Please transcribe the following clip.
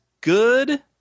good